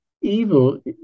evil